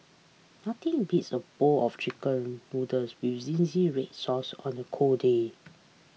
nothing beats a bowl of Chicken Noodles with Zingy Red Sauce on a cold day